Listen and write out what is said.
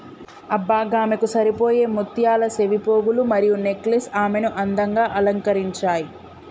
అబ్బ గామెకు సరిపోయే ముత్యాల సెవిపోగులు మరియు నెక్లెస్ ఆమెను అందంగా అలంకరించాయి